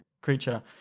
creature